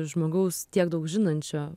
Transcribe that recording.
žmogaus tiek daug žinančio